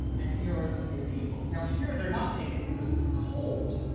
and here are these native peoples. now here they're not naked because it's cold,